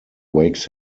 wakes